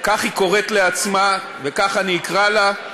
כך היא קוראת לעצמה וכך אני אקרא לה,